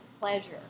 pleasure